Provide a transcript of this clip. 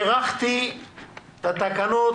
הארכתי את התקנות.